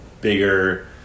bigger